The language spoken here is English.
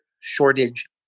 shortage